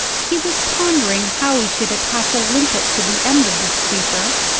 he was pondering how he should attach a limpet to the end of this creeper,